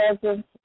presence